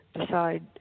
decide